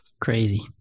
Crazy